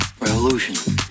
REVOLUTION